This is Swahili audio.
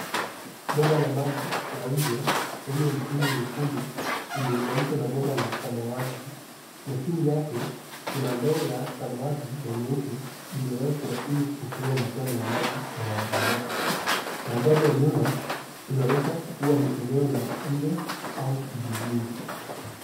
Bomba la maji la nje lenye mpini mwekundu imeunganishwa na bomba la samawati na chini yake kuna ndoo ya samawati na nyeupe iliyowekwa ili kukusanya matone ya maji yanayodondoka. Mandhari ya nyuma inaonyesha kuwa ni eneo la nje au kijijini.